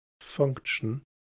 function